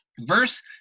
verse